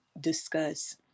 discuss